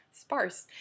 sparse